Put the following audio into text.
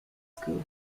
school